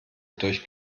durch